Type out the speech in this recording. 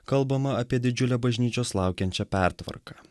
kalbama apie didžiulę bažnyčios laukiančią pertvarką